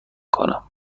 کنم